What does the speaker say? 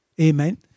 Amen